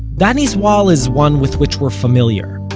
danny's wall is one with which we're familiar.